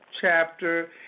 chapter